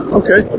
okay